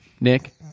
Nick